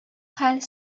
хәл